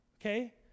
Okay